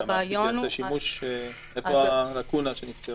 איפה הלקונה שנפתרה?